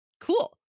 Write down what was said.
Cool